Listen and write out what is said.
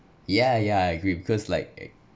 yeah yeah I agree because like ac~